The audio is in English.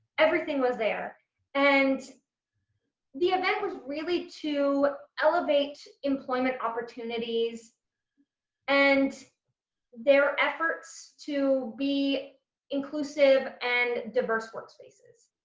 everything was there and the event was really to elevate employment opportunities and their efforts to be inclusive and diverse work spaces.